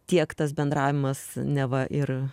tiek tas bendravimas neva ir